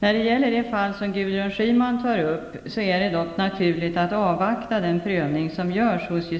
När det gäller det fall som Gudrun Schyman tar upp är det naturligt att avvakta den prövning som görs hos